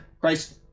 Christ